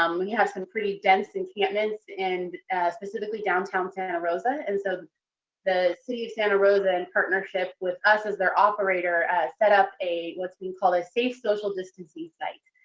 um we have some pretty dense encampments in specifically downtown santa rosa. and so the city of santa rosa in partnership with us as their operator set up a what's being called a safe social distances site.